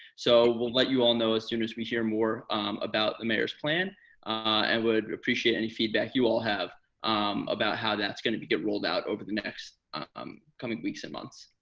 so we'll let you all know as soon as we hear more about the mayor's plan and would appreciate any feedback you all have about how that's going to be rolled out over the next coming weeks and months.